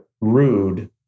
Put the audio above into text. rude